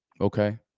Okay